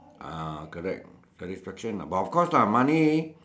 ah correct the inspection but of course lah money